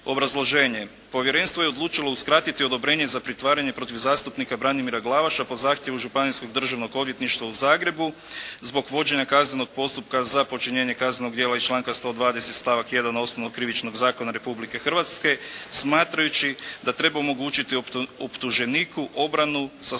Obrazloženje: Povjerenstvo je odlučilo uskratiti odobrenje za pritvaranje protiv zastupnika Branimira Glavaša po zahtjevu Županijskog državnog odvjetništva u Zagrebu zbog vođenja kaznenog postupka za počinjenje kaznenog djela iz članka 120. stavak 1. Osnovnog krivičnog zakona Republike Hrvatske smatrajući da treba omogućiti optuženiku obranu sa slobode